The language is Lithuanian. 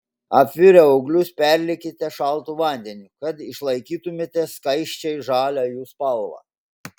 apvirę ūglius perliekite šaltu vandeniu kad išlaikytumėte skaisčiai žalią jų spalvą